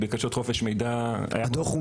לבקשות חופש מידע היה --- הדו"ח הוא